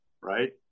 right